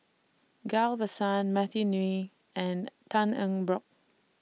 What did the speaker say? Ghillie BaSan Matthew Ngui and Tan Eng Bock